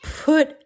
put